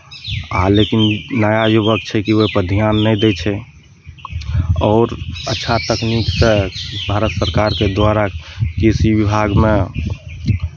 आ लेकिन नया युवक छै कि ओइपर ध्यान नहि दै छै आओर अच्छा तकनीकसँ भारत सरकारके द्वारा कृषि विभागमे